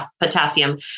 potassium